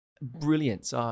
brilliant